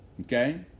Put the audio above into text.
okay